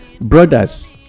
brothers